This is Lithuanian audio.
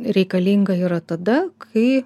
reikalinga yra tada kai